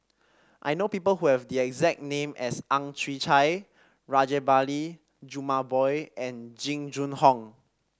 I know people who have the exact name as Ang Chwee Chai Rajabali Jumabhoy and Jing Jun Hong